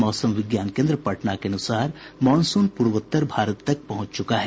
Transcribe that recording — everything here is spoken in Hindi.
मौसम विज्ञान केन्द्र पटना के अनुसार मॉनसून पूर्वोत्तर भारत तक पहुंच चुका है